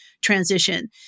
transition